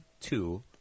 two